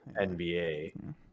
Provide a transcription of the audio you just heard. nba